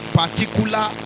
particular